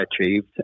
achieved